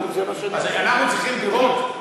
אנחנו צריכים דירות,